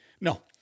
No